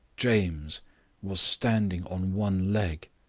james was standing on one leg.